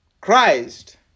Christ